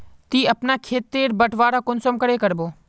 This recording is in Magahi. ती अपना खेत तेर बटवारा कुंसम करे करबो?